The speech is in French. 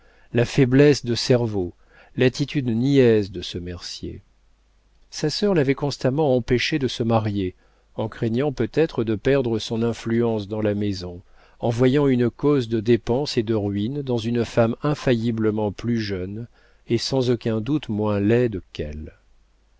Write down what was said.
la faiblesse de cerveau l'attitude niaise de ce mercier sa sœur l'avait constamment empêché de se marier en craignant peut-être de perdre son influence dans la maison en voyant une cause de dépense et de ruine dans une femme infailliblement plus jeune et sans aucun doute moins laide qu'elle